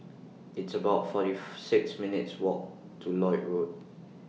It's about forty six minutes' Walk to Lloyd Road